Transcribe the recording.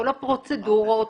כל הפרוצדורות,